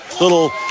Little